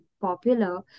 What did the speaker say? popular